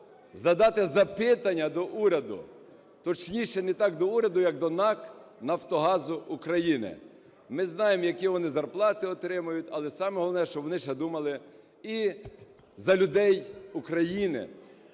задати запитання до уряду. Точніше, не так до уряду, як до НАК "Нафтогаз України". Ми знаємо, які вони зарплати отримують, але саме головне, щоб вони ще думали і за людей України.